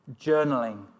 journaling